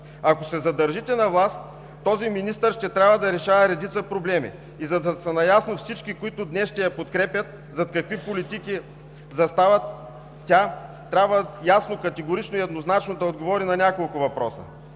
Ако се задържите на власт, този министър ще трябва да решава редица проблеми и, за да са наясно всички, които днес ще я подкрепят, зад какви политики застава тя, трябва ясно, категорично и еднозначно да отговори на няколко въпроса: